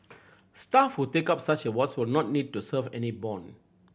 staff who take up such awards will not need to serve any bond